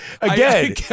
Again